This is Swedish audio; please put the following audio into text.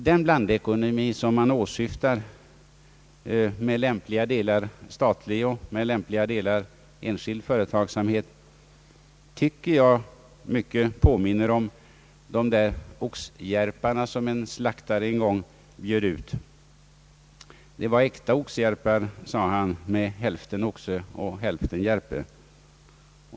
Den blandekonomi som man åsyftar, med lämpliga delar statlig och lämpliga delar enskild företagsamhet, påminner mycket om de där oxjärparna som en slaktare en gång bjöd ut. Det var äkta oxjärpar, sade han, med hälften oxe och hälften järpe.